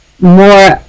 more